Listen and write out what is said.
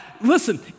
listen